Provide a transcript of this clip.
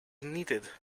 needed